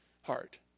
heart